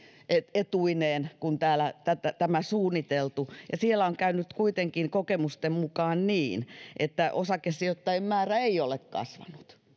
etuineen kuin tämä suunniteltu ja siellä on käynyt kuitenkin kokemusten mukaan niin että osakesijoittajien määrä ei ole kasvanut